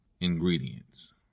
ingredients